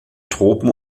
tropen